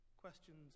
Questions